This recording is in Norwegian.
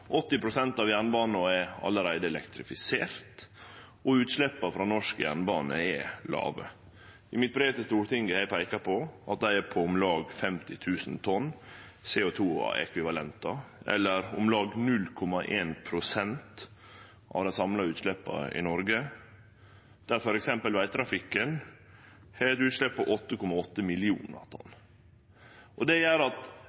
av jernbanen er allereie elektrifisert, og utsleppa frå norsk jernbane er låge. I brevet mitt til Stortinget har eg peika på at dei er på om lag 5 000 tonn CO 2 -ekvivalentar, eller om lag 0,1 pst. av dei samla utsleppa i Noreg. Vegtrafikken har f.eks. eit utslepp på 8,8 millionar tonn. Det som er viktig at